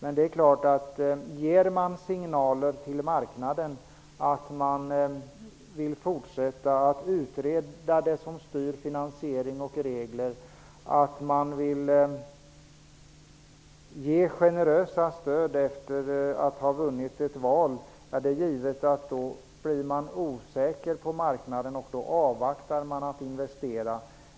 Men ger man marknaden signaler att man vill fortsätta att utreda vad som styr finansiering och regler och säger att man vill ge generösa stöd efter att ha vunnit ett val är det givet att marknaden blir osäker och avvaktar med att investera.